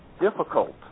difficult